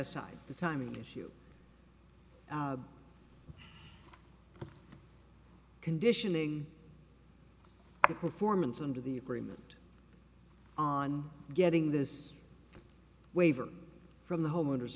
aside the timing issue conditioning the performance under the agreement on getting this waiver from the homeowners